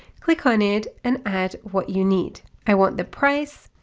click on it and add what you need. i want the price,